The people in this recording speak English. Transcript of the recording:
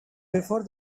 before